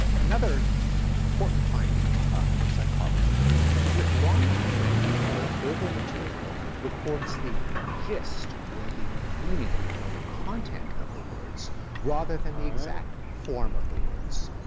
another important finding in cognitive psychology is that long-term memory for verbal material records the gist or the meaning or the content of the words rather than the exact form of the words.